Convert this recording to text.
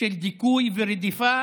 של דיכוי ורדיפה